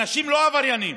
אנשים לא עבריינים.